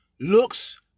Looks